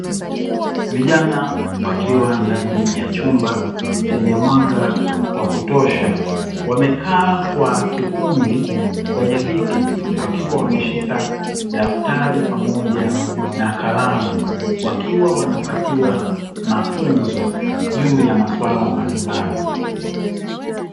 Vijana wakiwa ndani ya chumba chenye mwanga wa kutosha, wamekaa kwa kikundi kwenye viti wakiwa wameshika daftari pamoja na kalamu wakiwa wanapatiwa mafunzo juu ya maswala mbalimbali.